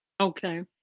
Okay